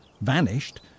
vanished